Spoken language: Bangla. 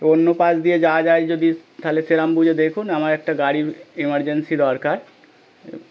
অন্য পাশ দিয়ে যাওয়া যায় যদি তাহলে সেরকম বুঝে দেখুন আমার একটা গাড়ি এমারজেন্সি দরকার